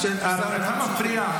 אתה מפריע.